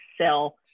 sell